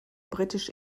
britisch